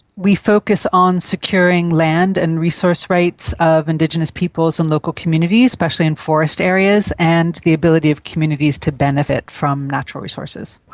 we focus on securing land and resource rights of indigenous peoples and local communities, especially in forest areas, and the ability of communities to benefit from natural resources.